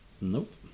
nope